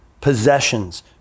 possessions